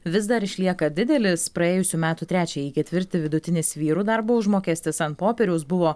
vis dar išlieka didelis praėjusių metų trečiąjį ketvirtį vidutinis vyrų darbo užmokestis ant popieriaus buvo